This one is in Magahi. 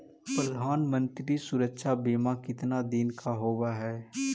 प्रधानमंत्री मंत्री सुरक्षा बिमा कितना दिन का होबय है?